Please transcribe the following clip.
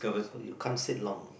so you can't sit long